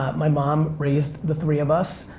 my mom raised the three of us.